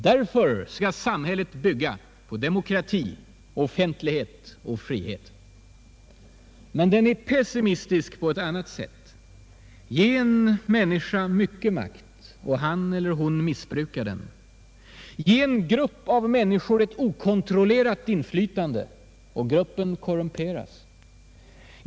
Därför skall samhället bygga på demokrati, offentlighet och frihet. Den är pessimistisk på ett annat sätt: Ge en människa mycket makt, och han eller hon missbrukar den. Ge en grupp av människor ett okontrollerat inflytande, och gruppen korrumperas.